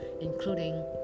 including